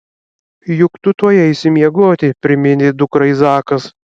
juk tu tuoj eisi miegoti priminė dukrai zakas